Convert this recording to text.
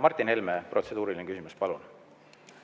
Martin Helme, protseduuriline küsimus, palun!